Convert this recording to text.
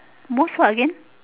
most what again